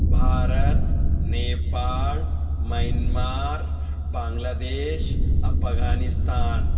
Bharat Nepal Myanmar Bangladesh Afghanistan